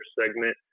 segment